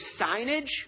signage